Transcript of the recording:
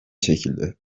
çekildi